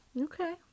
Okay